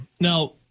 Now